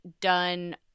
done